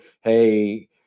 hey